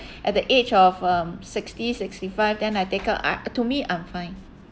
at the age of um sixty sixty five then I take out I to me I'm fine